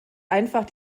einfach